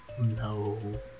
No